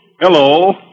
Hello